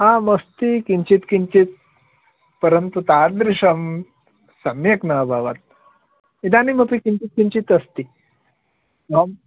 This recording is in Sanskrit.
आम् अस्ति किञ्चित् किञ्चित् परन्तु तादृशं सम्यक् न अभवत् इदानीमपि किञ्चित् किञ्चित् अस्ति आम्